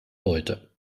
leute